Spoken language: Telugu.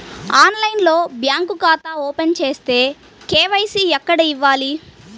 ఆన్లైన్లో బ్యాంకు ఖాతా ఓపెన్ చేస్తే, కే.వై.సి ఎక్కడ ఇవ్వాలి?